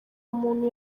umuntu